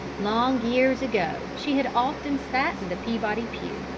long years ago she had often sat in the peabody pew,